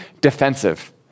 defensive